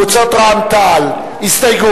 וקבוצת רע"ם-תע"ל להסתייג.